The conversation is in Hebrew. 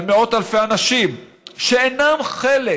על מאות אלפי אנשים שאינם חלק